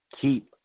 keep –